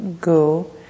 go